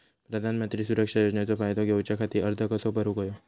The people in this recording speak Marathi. प्रधानमंत्री सुरक्षा योजनेचो फायदो घेऊच्या खाती अर्ज कसो भरुक होयो?